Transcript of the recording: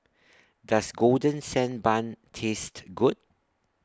Does Golden Sand Bun Taste Good